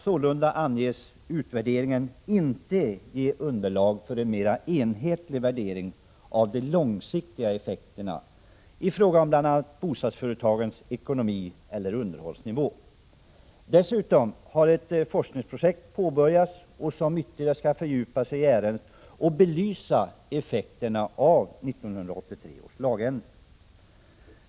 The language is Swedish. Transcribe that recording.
Sålunda anges utvärderingen inte ge underlag för en mera enhetlig värdering av de långsiktiga effekterna i fråga om bostadsföretagens ekonomi eller underhållsnivå. Ett forskningsprojekt har dessutom påbörjats som ytterligare skall fördjupa sig i ärendet och belysa effekterna av 1983 års lagändring.